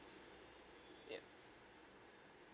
ya